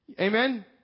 Amen